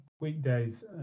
weekdays